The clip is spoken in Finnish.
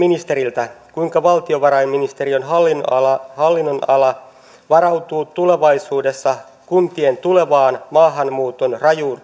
ministeriltä kuinka valtiovarainministeriön hallinnonala hallinnonala varautuu tulevaisuudessa kuntien tulevan maahanmuuton rajusta